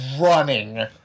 running